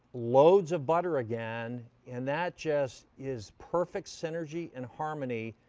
loads of butter again, and that just is perfect synergy and harmony,